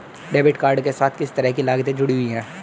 Debit card के साथ किस तरह की लागतें जुड़ी हुई हैं?